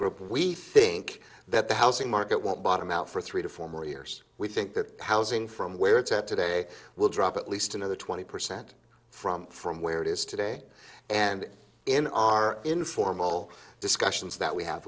group we think that the housing market won't bottom out for three to four more years we think that housing from where it's at today will drop at least another twenty percent from from where it is today and in our informal discussions that we have